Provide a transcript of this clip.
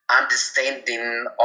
understanding